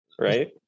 right